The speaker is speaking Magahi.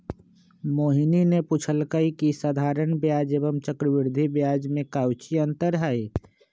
मोहिनी ने पूछल कई की साधारण ब्याज एवं चक्रवृद्धि ब्याज में काऊची अंतर हई?